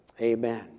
Amen